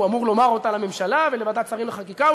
והוא אמור לומר אותה לממשלה ולוועדת שרים לחקיקה.